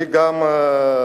אני גם לא